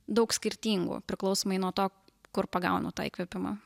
daug skirtingų priklausomai nuo to kur pagaunu tą įkvėpimą